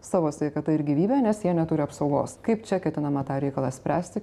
savo sveikata ir gyvybe nes jie neturi apsaugos kaip čia ketinama tą reikalą spręsti